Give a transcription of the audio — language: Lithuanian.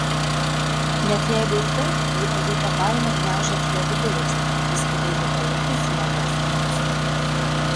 net jeigu ir taip ji pajuto baimę gniaužiant jo vidurius kai skubiai lipo laiptais į maldos namus